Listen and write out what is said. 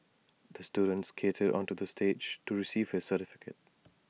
the student skated onto the stage to receive his certificate